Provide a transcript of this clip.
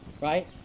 right